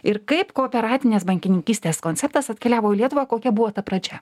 ir kaip kooperatinės bankininkystės konceptas atkeliavo į lietuvą kokia buvo ta pradžia